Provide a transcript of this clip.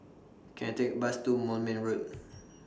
Can I Take A Bus to Moulmein Road